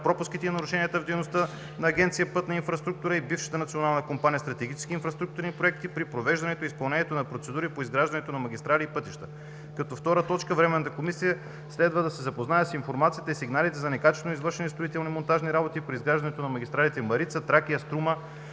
пропуските и нарушенията в дейността на Агенция „Пътна инфраструктура“ и бившата Национална компания „Стратегически инфраструктурни проекти“ при провеждането и изпълнението на процедури по изграждане на магистрали и пътища. 2. Временната комисия следва да се запознае с информацията и сигналите за некачествено извършени строително-монтажни работи при изграждане на магистралите „Марица“, „Тракия“ и „Струма“